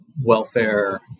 welfare